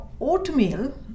oatmeal